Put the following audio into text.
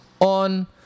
on